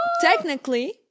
technically